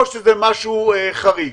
או שזה משהו חריג.